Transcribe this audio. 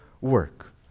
work